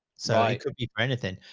so i could be anything.